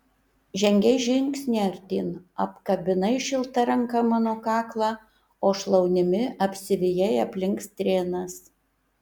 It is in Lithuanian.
žengei žingsnį artyn apkabinai šilta ranka mano kaklą o šlaunimi apsivijai aplink strėnas